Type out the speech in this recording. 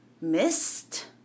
missed